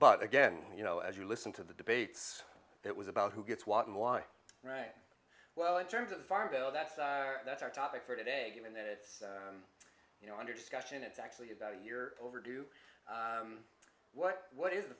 but again you know as you listen to the debates it was about who gets what and why right well in terms of the farm bill that's that's our topic for today given that it's you know under discussion it's actually about a year overdue what what is the